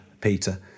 Peter